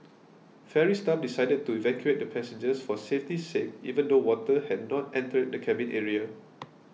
ferry staff decided to evacuate the passengers for safety's sake even though water had not entered the cabin area